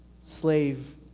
slave